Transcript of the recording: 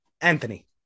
Anthony